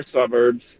suburbs